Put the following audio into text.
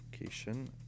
location